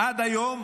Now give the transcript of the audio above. עד היום,